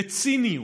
בציניות,